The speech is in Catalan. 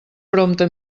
prompte